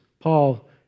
Paul